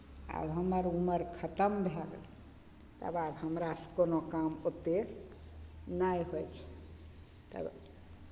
आब हमर उमर खतम भए गेलै तऽ आब हमरासँ कोनो काम ओतेक नहि होइ छै तऽ